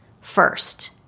First